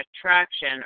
attraction